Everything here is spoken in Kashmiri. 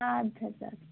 اَدٕ حظ اَدٕ حظ